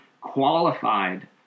qualified